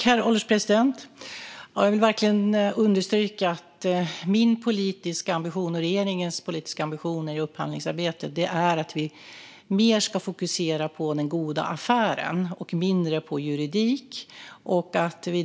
Herr ålderspresident! Jag vill understryka att min och regeringens politiska ambition i upphandlingsarbetet är att fokusera mer på den goda affären och mindre på juridik.